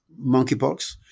monkeypox